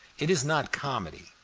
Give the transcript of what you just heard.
it is not comedy.